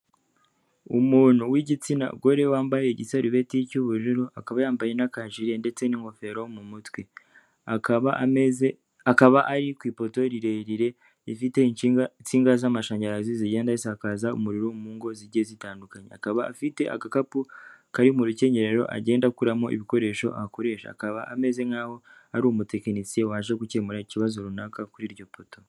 Umuntu w'igitsina gore wambaye igisarubeti cy'ubururu akaba yambaye n'akajiri ndetse n'ingofero mu mutwe. Akaba ari ku ipoto rirerire rifite insinga z'amashanyarazi zigenda zisakaza umuriro mu ngo zijye zitandukanye. Akaba afite agakapu kari mu rukenyerero agenda akuramo ibikoresho akoresha ,akaba ameze nk'aho ari umutekinisiye waje gukemura ikibazo runaka kuri iryo poto.